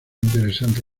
interesante